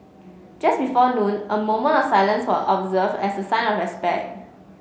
just before noon a moment of silence was observed as a sign of respect